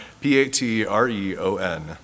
P-A-T-R-E-O-N